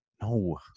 No